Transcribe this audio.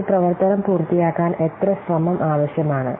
ഒരു പ്രവർത്തനം പൂർത്തിയാക്കാൻ എത്ര ശ്രമം ആവശ്യമാണ്